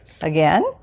again